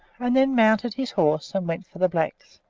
and then mounted his horse and went for the blacks.